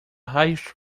raios